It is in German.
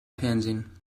fernsehen